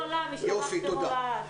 תודה.